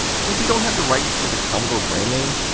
since we don't have the rights to the commodore brand name,